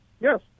Yes